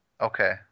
Okay